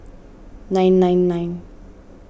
nine nine nine